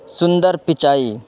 Sundar Pichai